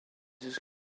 his